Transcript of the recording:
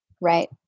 Right